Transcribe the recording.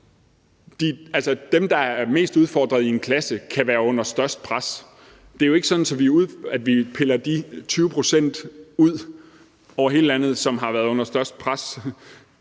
dem, der er mest udfordret i en klasse, kan være under størst pres. Det er jo ikke sådan, at vi over hele landet piller de 20 pct. ud, som har været under størst pres.